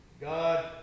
God